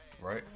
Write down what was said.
right